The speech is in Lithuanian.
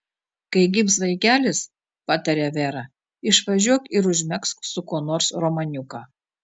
kai gims vaikelis patarė vera išvažiuok ir užmegzk su kuo nors romaniuką